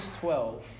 twelve